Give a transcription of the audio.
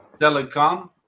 telecom